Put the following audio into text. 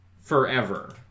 forever